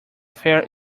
fair